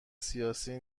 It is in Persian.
سیاسی